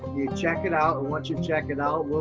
check it out, and once you check it out,